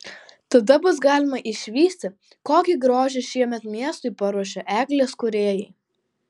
tada bus galima išvysti kokį grožį šiemet miestui paruošė eglės kūrėjai